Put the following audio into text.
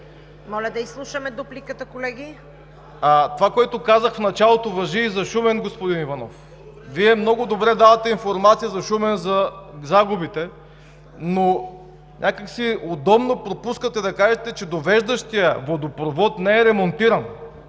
Моля да изслушаме дупликата, колеги. МЛАДЕН ШИШКОВ: Това, което казах в началото, важи и за Шумен, господин Иванов. Вие много добре давате информация за загубите в Шумен, но някак си удобно пропускате да кажете, че довеждащият водопровод не е ремонтиран